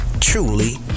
truly